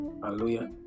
Hallelujah